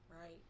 right